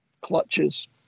clutches